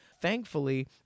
Thankfully